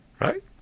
Right